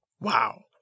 Wow